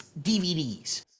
DVDs